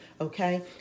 okay